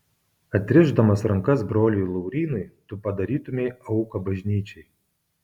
atrišdamas rankas broliui laurynui tu padarytumei auką bažnyčiai